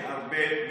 אין הרבה מדינות